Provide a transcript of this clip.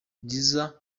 liza